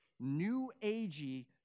new-agey